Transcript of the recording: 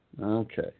Okay